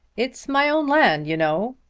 it's my own land, you know,